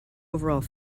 overall